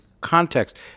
context